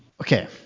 Okay